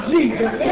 Jesus